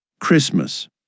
Christmas